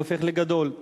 הוא הופך לגדול,